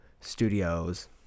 studios